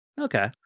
Okay